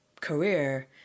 career